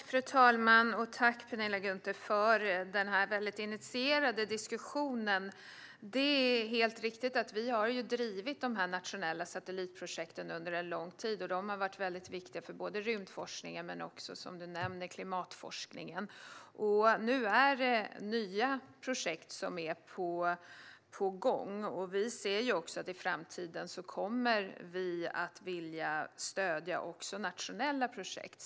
Fru talman! Jag tackar Penilla Gunther för den här väldigt initierade diskussionen. Det är helt riktigt att vi har drivit de här nationella satellitprojekten under lång tid. De har varit väldigt viktiga för rymdforskningen och även klimatforskningen, som Penilla Gunther nämner. Nu är det nya projekt på gång. I framtiden kommer vi att vilja stödja också nationella projekt.